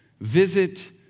Visit